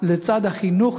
לצד החינוך,